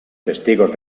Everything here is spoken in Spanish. testigos